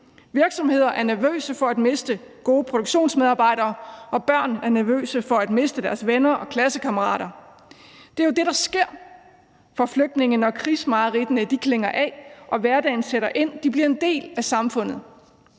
Virksomheder er nervøse for at miste gode produktionsmedarbejdere, og børn er nervøse for at miste deres venner og klassekammerater. Det er jo det, der sker for flygtninge, når krigsmareridtene klinger af og hverdagen sætter ind. De bliver en del af samfundet.